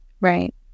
right